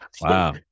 Wow